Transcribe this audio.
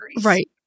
Right